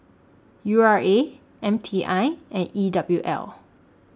U R A M T I and E W L